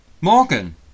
Morgan